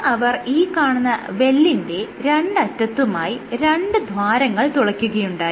തുടർന്ന് അവർ ഈ കാണുന്ന വെല്ലിന്റെ രണ്ടറ്റത്തുമായി രണ്ട് ദ്വാരങ്ങൾ തുളയ്ക്കുകയുണ്ടായി